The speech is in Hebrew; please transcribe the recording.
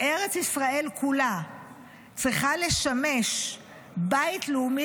שארץ ישראל כולה צריכה לשמש בית לאומי